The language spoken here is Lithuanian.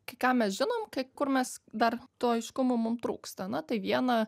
kai ką mes žinom kai kur mes dar to aišku mum trūksta na tai viena